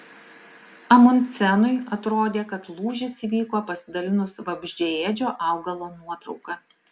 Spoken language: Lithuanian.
amundsenui atrodė kad lūžis įvyko pasidalinus vabzdžiaėdžio augalo nuotrauka